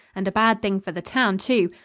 and a bad thing for the town, too.